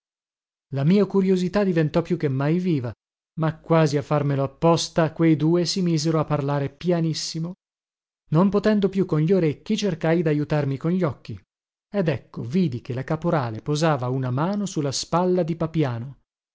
la mia curiosità diventò più che mai viva ma quasi a farmelo apposta quei due si misero a parlare pianissimo non potendo più con gli orecchi cercai dajutarmi con gli occhi ed ecco vidi che la caporale posava una mano su la spalla di papiano